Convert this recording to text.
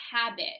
habit